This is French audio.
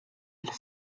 elle